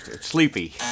Sleepy